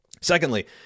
Secondly